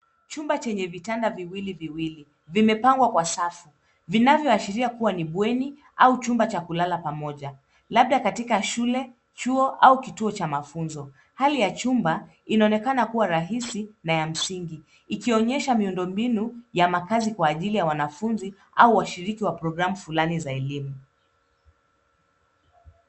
Chumba chenye vitanda viwili viwili, vimepangwa kwa safu, vinavyoashiria kuwa ni bweni au chumba cha kulala pamoja, labda katika shule, chuo au kituo cha mafunzo. Hali ya chumba inaonekana kuwa rahisi na ya msingi, ikionyesha miundo mbinu ya makaazi kwa ajili ya wanafunzi au washiriki wa programu fulani za elimu.